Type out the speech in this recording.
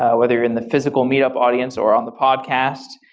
ah whether you're in the physical meet up audience or on the podcast,